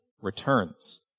returns